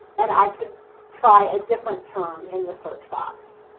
and i could try a different term in the search box.